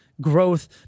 growth